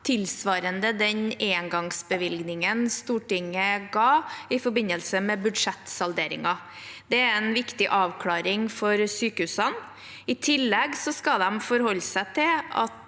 tilsvarende den engangsbevilgningen Stortinget ga i forbindelse med budsjettsalderingen. Det er en viktig avklaring for sykehusene. I tillegg skal de forholde seg til at